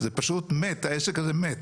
בא למתכנן המחוז,